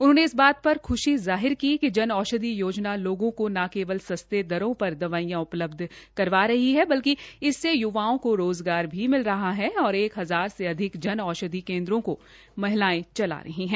उन्होंने इस बात पर ख्शी जाहिर की कि जनऔषधि योजना लोगों को न केवल सस्ते दरों पर दवाईयां उपलब्ध करा रही है बल्कि इससे युवाओं को रोज़गार भी मिल रहा है और एक हजार से अधिक जन औषधि केन्द्रों को महिलाएं चल रही है